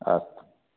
अस्तु